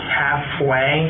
halfway